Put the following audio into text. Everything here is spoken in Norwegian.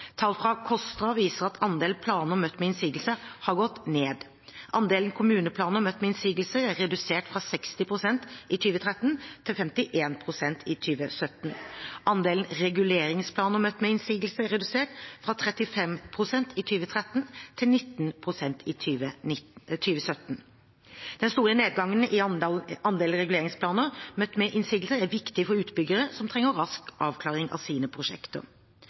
Tall fra KOSTRA viser at andelen planer møtt med innsigelse har gått ned. Andelen kommuneplaner møtt med innsigelse er redusert fra 60 pst. i 2013 til 51 pst. i 2017. Andelen reguleringsplaner møtt med innsigelse er redusert fra 35 pst. i 2013 til 19 pst. i 2017. Den store nedgangen i andelen reguleringsplaner møtt med innsigelse er viktig for utbyggere som trenger rask avklaring av sine prosjekter.